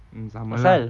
mm sama lah